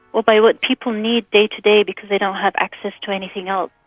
or by what people need day-to-day because they don't have access to anything else.